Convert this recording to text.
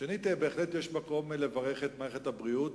שנית, בהחלט יש מקום לברך את מערכת הבריאות.